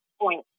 point